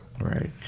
right